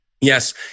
Yes